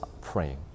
praying